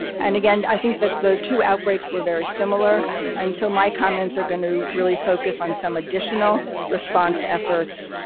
and again i think that the two outbreaks were very similar and so my comments are going to really focus on some additional response efforts,